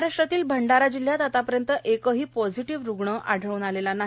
महाराष्ट्रातील भंडारा जिल्ह्यात आतापर्यंत एकही पॉझिटिव्ह रुग्ण आढळून आला नाही